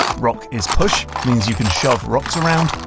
rock is push means you can shove rocks around,